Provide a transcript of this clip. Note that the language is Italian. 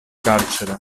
carcere